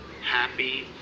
Happy